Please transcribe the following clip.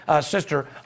sister